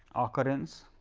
occurrence